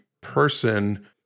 person